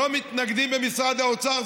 לא מתנגדים במשרד האוצר,